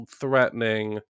threatening